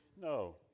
No